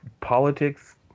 politics